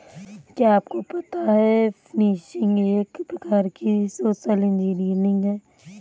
क्या आपको पता है फ़िशिंग एक प्रकार की सोशल इंजीनियरिंग है?